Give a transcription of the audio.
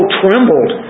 trembled